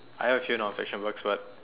I don't think non fiction works but